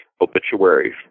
obituaries